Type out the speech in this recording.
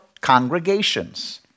congregations